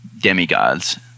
demigods